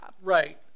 Right